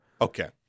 Okay